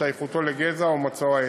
השתייכותו לגזע או מוצאו האתני.